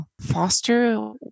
foster